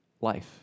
life